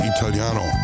Italiano